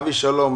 אבי שלום,